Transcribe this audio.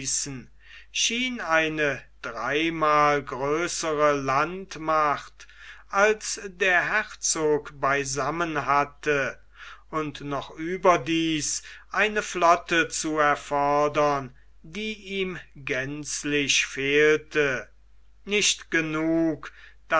eine dreimal größere landmacht als der herzog beisammen hatte und noch überdies eine flotte zu erfordern die ihm gänzlich fehlte nicht genug